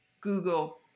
Google